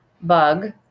bug